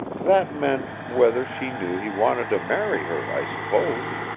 that meant, whether she knew he wanted to marry her, i suppose.